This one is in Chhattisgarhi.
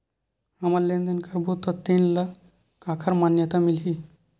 हमन लेन देन करबो त तेन ल काखर मान्यता मिलही?